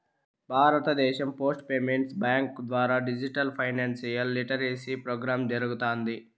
భారతదేశం post payments బ్యాంకీ ద్వారా డిజిటల్ ఫైనాన్షియల్ లిటరసీ ప్రోగ్రామ్ జరగతాంది